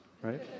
right